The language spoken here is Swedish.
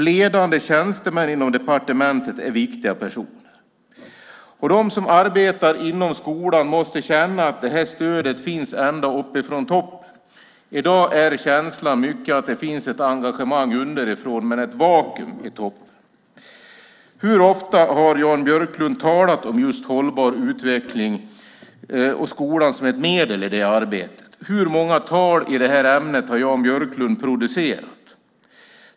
Ledande tjänstemän inom departementet är viktiga personer. De som arbetar inom skolan måste känna att stödet finns ända från toppen. I dag känns det som att det finns ett engagemang underifrån men ett vakuum i toppen. Hur ofta har Jan Björklund talat om just hållbar utveckling och skolan som ett medel i det arbetet? Hur många tal i ämnet har Jan Björklund producerat?